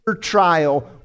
trial